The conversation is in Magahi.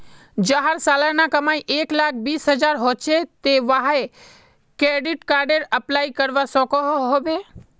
जहार सालाना कमाई एक लाख बीस हजार होचे ते वाहें क्रेडिट कार्डेर अप्लाई करवा सकोहो होबे?